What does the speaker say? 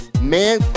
man